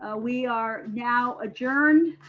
ah we are now adjourned.